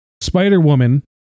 Spider-Woman